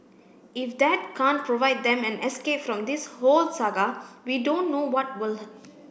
if that can't provide them an escape from this whole saga we don't know what will